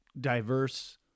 diverse